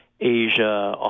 Asia